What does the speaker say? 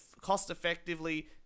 cost-effectively